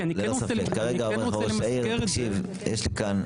ראש העיר אומר לך כרגע: "תקשיב, יש לי כאן בעיה".